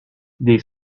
des